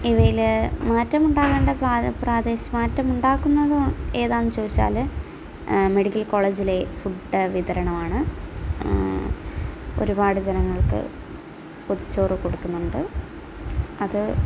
ഇവയിൽ മാറ്റമുണ്ടാകേണ്ട പ്രാദേശിക മാറ്റമുണ്ടാക്കുന്ന ഏതാണെന്ന് ചോദിച്ചു കഴിഞ്ഞാൽ മെഡിക്കൽ കോളേജിലെ ഫുഡ് വിതരണമാണ് ഒരുപാട് ജനങ്ങൾക്ക് പൊതിച്ചോറ് കൊടുക്കുന്നുണ്ട്